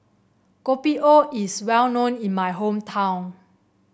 Kopi O is well known in my hometown